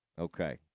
Okay